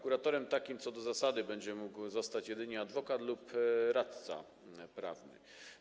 Kuratorem takim co do zasady będzie mógł zostać jedynie adwokat lub radca prawny.